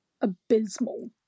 abysmal